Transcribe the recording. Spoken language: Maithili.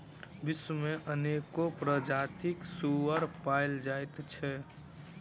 विश्व मे अनेको प्रजातिक सुग्गर पाओल जाइत छै